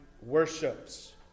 worships